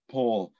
Paul